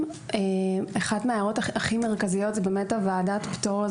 אחת ההערות המרכזית היא לגבי ועדת הפטור,